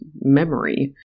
memory